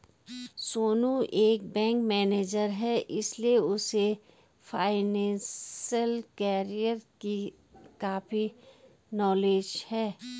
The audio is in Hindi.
सोनू एक बैंक मैनेजर है इसीलिए उसे फाइनेंशियल कैरियर की काफी नॉलेज है